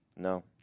No